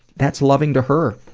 that's loving to her.